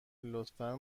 لطفا